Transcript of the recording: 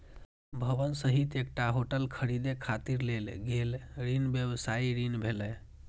भवन सहित एकटा होटल खरीदै खातिर लेल गेल ऋण व्यवसायी ऋण भेलै